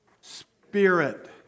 spirit